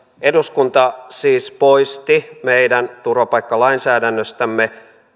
eduskunta siis poisti meidän turvapaikkalainsäädännöstämme